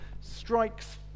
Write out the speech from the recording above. strikes